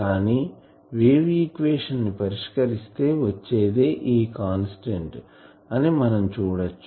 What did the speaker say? కానీ wave equation ను పరిష్కరిస్తే వచ్చేదే ఈ కాన్స్టాంట్ అని మనం చూడచ్చు